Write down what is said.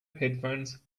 headphones